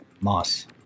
Moss